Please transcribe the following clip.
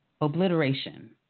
obliteration